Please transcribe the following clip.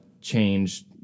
changed